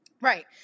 Right